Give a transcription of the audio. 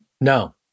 No